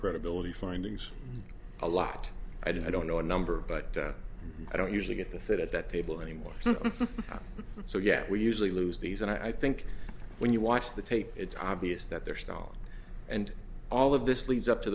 credibility findings a lot i don't know a number but i don't usually get to sit at that table anymore so yeah we usually lose these and i think when you watch the tape it's obvious that their style and all of this leads up to